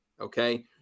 okay